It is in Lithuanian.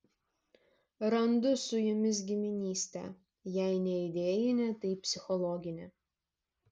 randu su jumis giminystę jei ne idėjinę tai psichologinę